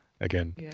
again